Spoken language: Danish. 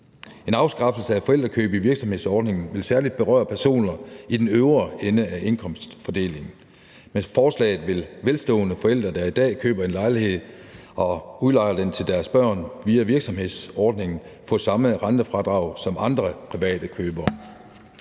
En afskaffelse af forældrekøb i virksomhedsordningen vil særlig berøre personer i den øvre ende af indkomstfordelingen. Med forslaget vil velstående forældre, der i dag køber en lejlighed og udlejer den til deres børn via virksomhedsordningen, få samme rentefradrag som andre private købere.